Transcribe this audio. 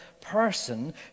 person